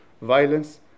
violence